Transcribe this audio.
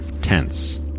tense